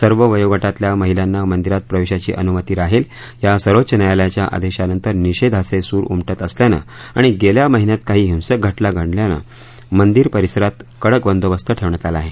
सर्व वयोगटातल्या महिलांना मंदिरात प्रवेशाची अनुमती राहील या सर्वोच्च न्यायालयाच्या आदेशानंतर निषेधाचे सूर उमटत असल्यानं आणि गेल्या महिन्यात काही हिंसक घटना घडल्यानं मंदिर परिसरात कडक बंदोबस्त ठेवण्यात आला आहे